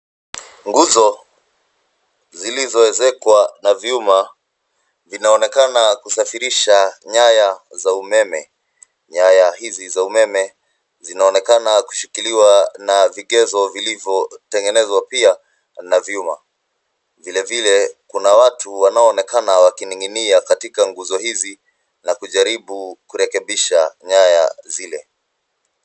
Nguzo zilizoezekwa na vyuma, vinaonekana kusafirisha nyaya za umeme. Nyaya hizi za umeme zinaonekana kushikiliwa na vigezo vilivyotengenezwa pia na vyuma. Vilevile, kuna watu wanaoonekana wakining'inia katika nguzo hizi na kujaribu kurekebisha nyaya zile.